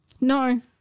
No